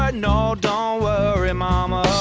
ah no, don't worry mama